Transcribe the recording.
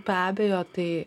be abejo tai